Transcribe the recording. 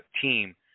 team